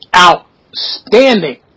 Outstanding